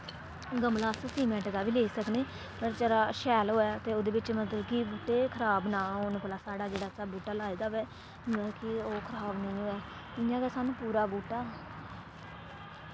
गमला अस सीमैंट दा बी लेई सकनें पर जरा शैल होऐ ते ओह्दे बिच्च मतलब कि बूह्टे खराब ना होन भला साढ़ा जेह्ड़ा असें बूह्टा लाए दा होऐ मतलब कि ओह् खराब नेईं होऐ इ'यां गै सानूं पूरा बूह्टा